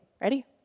ready